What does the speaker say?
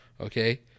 Okay